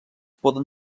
poden